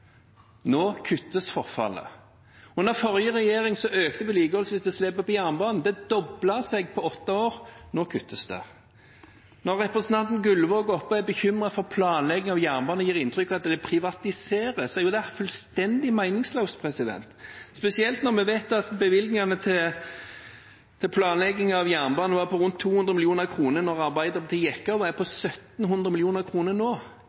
Nå kuttes forfallet. Under forrige regjering økte vedlikeholdsetterslepet på jernbanen. Det har doblet seg på åtte år, nå kuttes det. Når representanten Gullvåg her er bekymret for planleggingen av jernbanen og gir inntrykk av at den privatiseres, er det fullstendig meningsløst, spesielt når vi vet at bevilgningene til planleggingen av jernbanen var på rundt 200 mill. kr da Arbeiderpartiet gikk av, og er på 1 700 mill. kr nå.